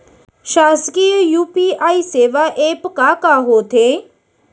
शासकीय यू.पी.आई सेवा एप का का होथे?